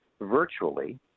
virtually